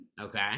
Okay